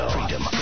Freedom